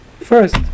first